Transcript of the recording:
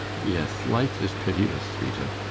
yes, life is pitiless, rita.